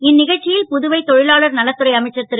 இந் க ச்சி ல் புதுவை தொ லாளர் நலத்துறை அமைச்சர் ரு